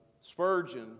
Spurgeon